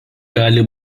gali